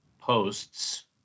posts